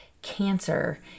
Cancer